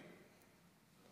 בנושאים מסוימים.